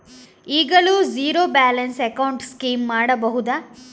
ಈಗಲೂ zero balance account scheme ಮಾಡಬಹುದಾ?